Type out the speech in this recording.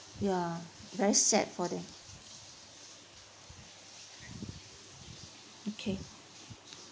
ya very sad for them okay